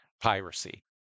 piracy